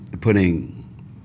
putting